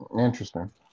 Interesting